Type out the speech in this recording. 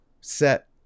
set